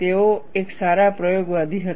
તેઓ એક સારા પ્રયોગવાદી હતા